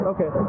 Okay